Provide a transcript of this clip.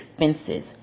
expenses